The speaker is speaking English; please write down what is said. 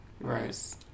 Right